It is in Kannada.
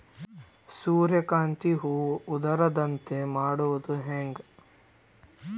ಸೂರ್ಯಕಾಂತಿ ಹೂವ ಉದರದಂತೆ ಮಾಡುದ ಹೆಂಗ್?